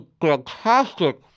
fantastic